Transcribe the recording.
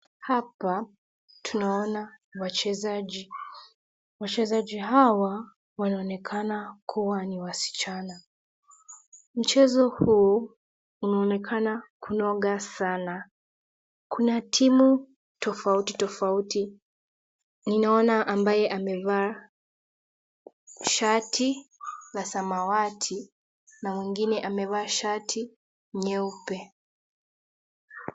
Hapa tunaona wachezaji, wachezaji hawa wanaonekana kuwa ni wasichana mchezo huu unaonekana kunoga sana. Kuna timu tofauti tofauti ninaona ambaye amevaa shati la samawati na mwingine amevaa shati nyeupe.